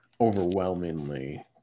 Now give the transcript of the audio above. overwhelmingly